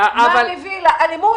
מה מביא לאלימות,